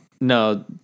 No